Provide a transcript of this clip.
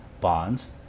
bonds